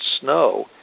snow